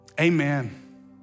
Amen